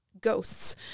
ghosts